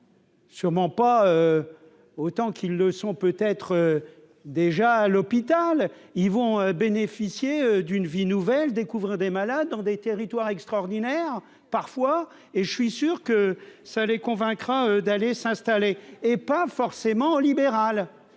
Sûrement pas autant qu'ils le sont peut être déjà à l'hôpital, ils vont bénéficier d'une vie nouvelle découvrent des malades dans des territoires extraordinaires parfois et je suis sûr que ça les convaincre d'aller s'installer et pas forcément en libéral,